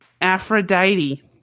Aphrodite